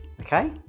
Okay